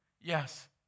yes